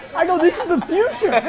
i go, this is the future. i